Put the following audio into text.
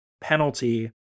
penalty